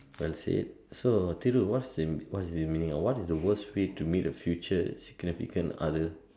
well said so Thiru what's the what's the meaning or what is the worst way to meet a future significant other